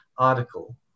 article